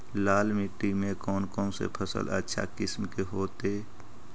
लाल मिट्टी में कौन से फसल अच्छा किस्म के होतै?